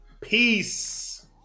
Peace